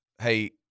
hey